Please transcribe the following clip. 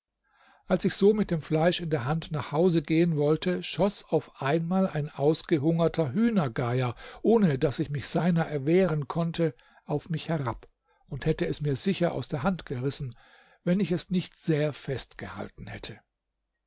als ich so mit dem fleisch in der hand nach hause gehen wollte schoß auf einmal ein ausgehungerter hühnergeier ohne daß ich mich seiner erwehren konnte auf mich herab und hätte es mir sicher aus der hand gerissen wenn ich es nicht sehr fest gehalten hätte